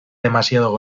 demasiado